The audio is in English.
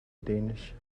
danish